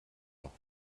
noch